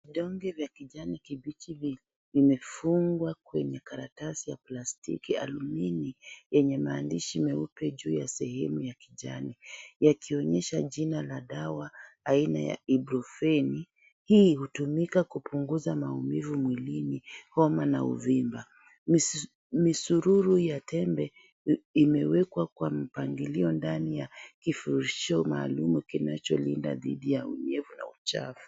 Vidonge vya kijani kibichi vimefungwa kwenye karatasi ya plastiki alumini, yenye maandishi meupe juu ya sehemu ya kijani. Yakionyesha jina la dawa aina ya IBUPROFEN. Hii hutumika kupunguza maumivu mwilini, homa na uvimba. Misururu ya tembe imewekwa kwa mpangilio ndani ya kifurushi maalum kinacholinda dithi ya unyevu na uchafu.